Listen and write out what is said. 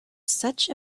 such